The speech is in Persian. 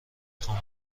خوام